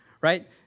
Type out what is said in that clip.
right